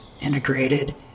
integrated